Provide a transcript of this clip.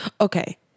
Okay